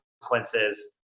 consequences